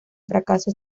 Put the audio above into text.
fracaso